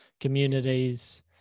communities